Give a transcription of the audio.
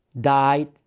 died